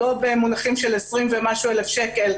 הוא לא במונחים של 20,000 שקל,